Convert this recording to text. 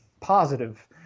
positive